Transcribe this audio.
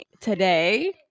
today